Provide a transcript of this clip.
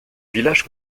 village